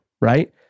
right